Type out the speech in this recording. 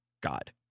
God